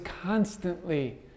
constantly